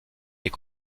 est